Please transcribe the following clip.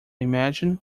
imagine